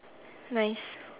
nice